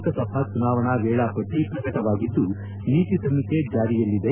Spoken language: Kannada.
ಲೋಕಸಭಾ ಚುನಾವಣಾ ವೇಳಾಪಟ್ಟ ಪ್ರಕಟವಾಗಿದ್ದು ನೀತಿಸಂಹಿತೆ ಜಾರಿಯಲ್ಲಿದೆ